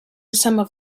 answer